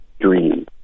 dream